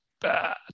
bad